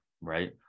right